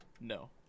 No